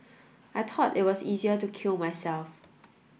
I thought it was easier to kill myself